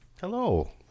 Hello